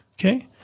okay